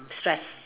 stress